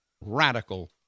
radical